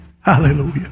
Hallelujah